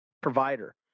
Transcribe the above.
provider